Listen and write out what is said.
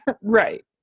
Right